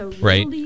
right